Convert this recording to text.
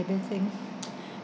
I don't think